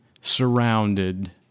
surrounded